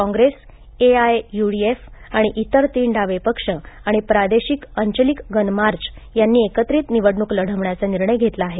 काँग्रेस एआयय्डीएफ आणि इतर तीन डावे पक्ष आणि प्रादेशिक अंचलिक गन मार्च यांनी एकत्रित निवडणुक लढवण्याचा निर्णय घेतला आहे